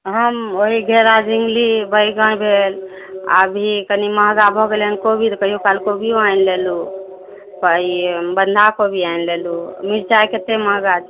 हम ओहि घेरा झिंगली बैगन भेल अभी कनि महग भऽ गेलय हँ कोबी तऽ कहिओ काल कोबिओ आनि लेलू पर ई बन्धाकोबी आनि लेलू मिरचाइ कतय महग छै